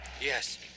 Yes